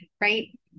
right